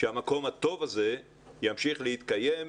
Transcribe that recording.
שהמקום הטוב הזה ימשיך להתקיים.